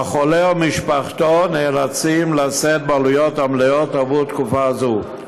והחולה או משפחתו נאלצים לשאת בעלויות המלאות עבור תקופה זו.